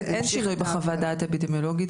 אין שינוי בחוות דעת אפידמיולוגית,